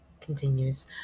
continues